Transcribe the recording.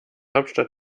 hauptstadt